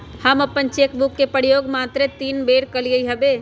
हम अप्पन cheque book के प्रयोग मातरे तीने बेर कलियइ हबे